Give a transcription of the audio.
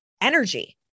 energy